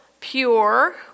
pure